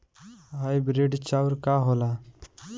Hybrid चाउर का होला?